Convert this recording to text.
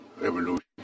revolution